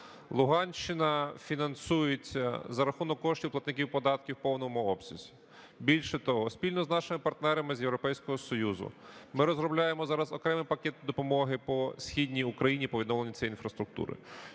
Луганщина фінансується за рахунок коштів платників податків в повному обсязі. Більше того, спільно з нашими партнерами з Європейського Союзу ми розробляємо зараз окремий пакет допомоги по Східній Україні по відновленню цієї інфраструктури.